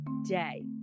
day